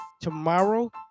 tomorrow